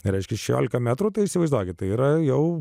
reiškia šešiolika metrų tai įsivaizduokite tai yra jau